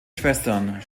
schwestern